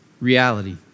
reality